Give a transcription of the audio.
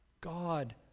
God